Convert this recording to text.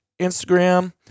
Instagram